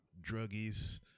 Druggies